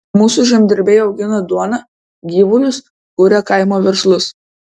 mūsų žemdirbiai augina duoną gyvulius kuria kaimo verslus